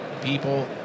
people